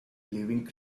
living